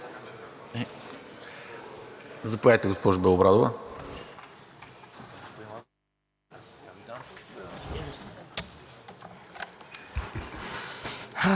Заповядайте, госпожо Белобрадова.